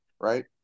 right